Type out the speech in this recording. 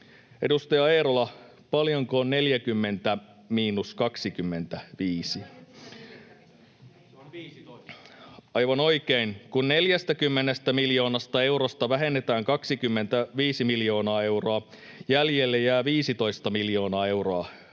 Edustaja Eerola, paljonko on 40 miinus 25? [Juho Eerola: Se on 15!] Aivan oikein, kun 40 miljoonasta eurosta vähennetään 25 miljoonaa euroa, jäljelle jää 15 miljoonaa euroa